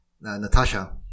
Natasha